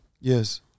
Yes